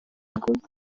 kiguzi